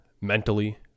mentally